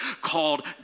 called